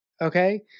okay